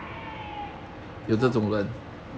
可是